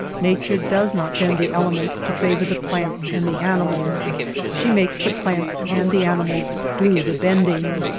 nature does not bend the elements to favor the plants and the animals she makes the plants and the animals do the bending.